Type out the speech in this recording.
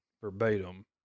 verbatim